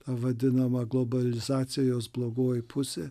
vadinama globalizacija jos blogoji pusė